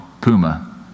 Puma